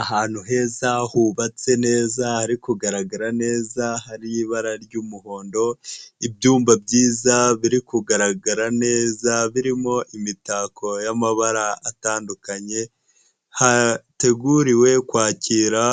Ahantu heza hubatse neza hari kugaragara neza, hari ibara ry'umuhondo, ibyumba byiza biri kugaragara neza, birimo imitako y'amabara atandukanye, hateguriwe kwakira